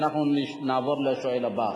ואנחנו נעבור לשואל הבא.